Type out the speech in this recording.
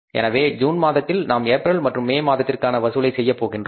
எனவே ஜூன் மாதத்தில் நாம் ஏப்ரல் மற்றும் மே மாதத்திற்கான வசூலை செய்யப்போகிறோம்